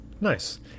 Nice